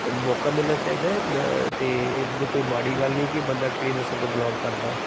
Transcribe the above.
ਮੌਕਾ ਮਿਲਣਾ ਚਾਹੀਦਾ ਹੈ ਨ ਅਤੇ ਇੱਦਾਂ ਦੀ ਕੋਈ ਮਾੜੀ ਗੱਲ ਨਹੀਂ ਕਿ ਬੰਦਾ ਕਿਹੜੀ ਨਸਲ ਤੋਂ ਬਿਲੋਂਗ ਕਰਦਾ ਹੈ